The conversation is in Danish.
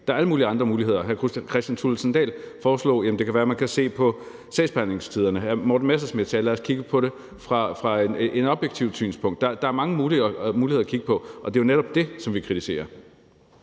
Der er alle mulige andre muligheder. Hr. Kristian Thulesen Dahl foreslog, at det kan være, at man kan se på sagsbehandlingstiderne. Hr. Morten Messerschmidt sagde: Lad os kigge på det fra et objektivt synspunkt. Der er mange muligheder at kigge på, og det er jo netop det, som vi kritiserer.